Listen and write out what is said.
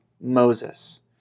Moses